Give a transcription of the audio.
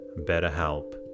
BetterHelp